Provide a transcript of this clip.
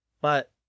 But-